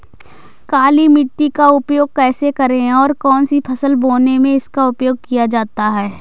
काली मिट्टी का उपयोग कैसे करें और कौन सी फसल बोने में इसका उपयोग किया जाता है?